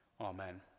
Amen